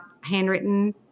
handwritten